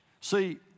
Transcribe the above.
See